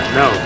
no